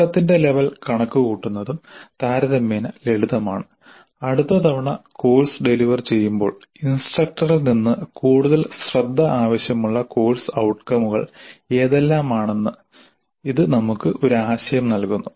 നേട്ടത്തിന്റെ ലെവൽ കണക്കുകൂട്ടുന്നതും താരതമ്യേന ലളിതമാണ് അടുത്ത തവണ കോഴ്സ് ഡെലിവർ ചെയ്യുമ്പോൾ ഇൻസ്ട്രക്ടറിൽ നിന്ന് കൂടുതൽ ശ്രദ്ധ ആവശ്യമുള്ള കോഴ്സ് ഔട്കമുകൾ ഏതെല്ലാമാണെന്ന് ഇത് നമുക്ക് ഒരു ആശയം നൽകുന്നു